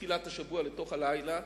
מתחילת השבוע לתוך הלילה,